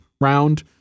round